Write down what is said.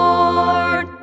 Lord